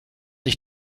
ich